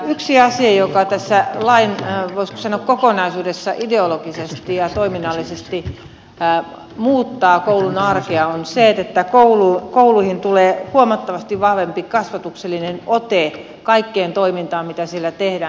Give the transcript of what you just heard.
yksi asia joka tässä lain voisiko sanoa kokonaisuudessa ideologisesti ja toiminnallisesti muuttaa koulun arkea on se että kouluihin tulee huomattavasti vahvempi kasvatuksellinen ote kaikkeen toimintaan mitä siellä tehdään